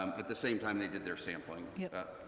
um but at the same time they did their sampling yep.